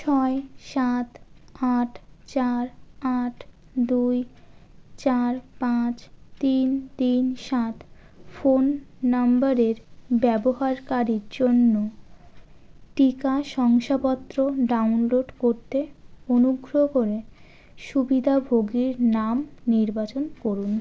ছয় সাত আট চার আট দুই চার পাঁচ তিন তিন সাত ফোন নম্বরের ব্যবহারকারীর জন্য টিকা শংসাপত্র ডাউনলোড করতে অনুগ্রহ করে সুবিধাভোগীর নাম নির্বাচন করুন